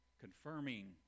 confirming